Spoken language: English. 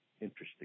interesting